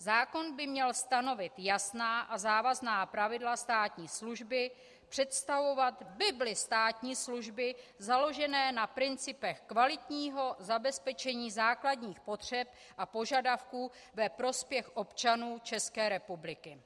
Zákon by měl stanovit jasná a závazná pravidla státní služby, představovat bibli státní služby založené na principech kvalitního zabezpečení základních potřeb a požadavků ve prospěch občanů České republiky.